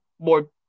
More